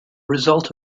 result